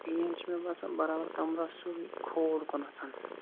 PAN چھِ مےٚ باسان برابر کَمرَس سیوٚدُے کھووُر کُننَتھ